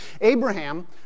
Abraham